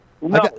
No